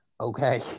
Okay